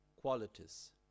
qualities